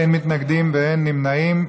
אין מתנגדים ואין נמנעים,